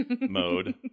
mode